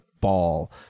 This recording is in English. ball